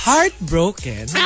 Heartbroken